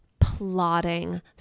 plotting